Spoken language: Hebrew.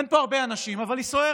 אין פה הרבה אנשים, אבל היא סוערת.